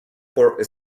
por